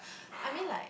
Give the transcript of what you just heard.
I mean like